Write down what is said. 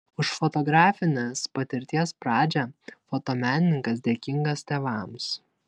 už fotografinės patirties pradžią fotomenininkas dėkingas tėvams